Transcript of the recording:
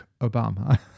Obama